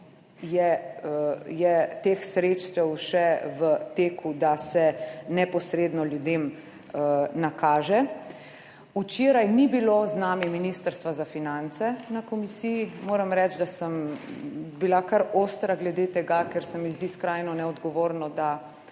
je teh sredstev še v teku, da se neposredno ljudem nakažejo? Včeraj ni bilo z nami Ministrstva za finance na komisiji. Moram reči, da sem bila kar ostra glede tega, ker se mi zdi skrajno neodgovorno, da